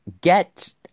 get